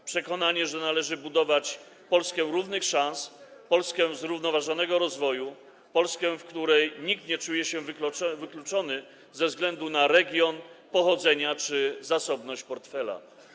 To przekonanie, że należy budować Polskę równych szans, Polskę zrównoważonego rozwoju, Polskę, w której nikt nie czuje się wykluczony ze względu na region pochodzenia czy zasobność portfela.